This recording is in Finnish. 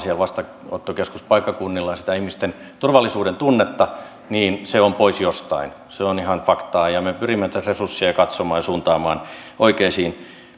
vastaanottokeskuspaikkakunnilla ihmisten turvallisuudentunnetta niin se on pois jostain se on ihan faktaa ja me pyrimme tätä resurssia katsomaan ja suuntaamaan oikeisiin